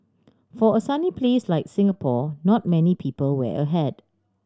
for a sunny place like Singapore not many people wear a hat